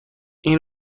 این